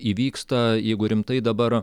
įvyksta jeigu rimtai dabar